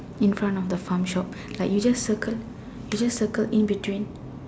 in front of the farm shop like you just circle you just circle in between